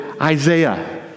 Isaiah